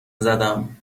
زدم